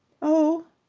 oh,